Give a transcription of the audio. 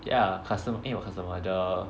ya customer eh was customer the